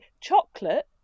chocolate